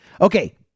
Okay